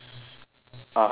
(uh huh) paramedics